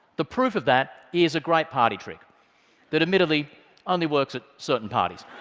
the proof of that is a great party trick that admittedly only works at certain parties.